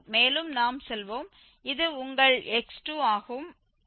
மேலும் நாம் செல்வோம் இது உங்கள் x2 ஆகும்